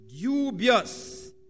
dubious